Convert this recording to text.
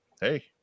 Hey